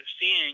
seeing